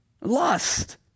lust